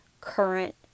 current